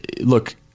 look